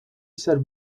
said